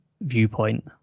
viewpoint